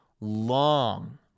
long